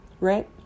Right